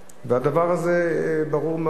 והדבר הזה ברור מאוד,